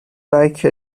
like